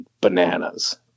bananas